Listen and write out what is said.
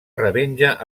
revenja